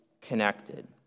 connected